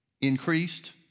increased